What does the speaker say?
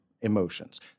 emotions